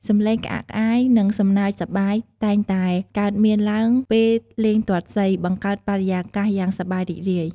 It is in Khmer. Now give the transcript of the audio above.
សំឡេងក្អាកក្អាយ និងសំណើចសប្បាយតែងតែកើតមានឡើងពេលលេងទាត់សី បង្កើតបរិយាកាសយ៉ាងសប្បាយរីករាយ។